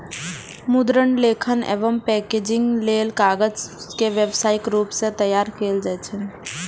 मुद्रण, लेखन एवं पैकेजिंग लेल कागज के व्यावसायिक रूप सं तैयार कैल जाइ छै